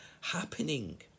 happening